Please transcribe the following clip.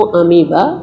amoeba